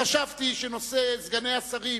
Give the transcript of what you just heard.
חשבתי שנושא סגני השרים,